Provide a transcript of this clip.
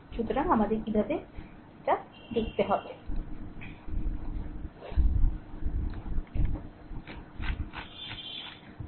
সুতরাং আমাদের কীভাবে দেখুন